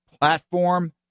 platform